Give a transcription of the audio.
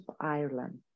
Ireland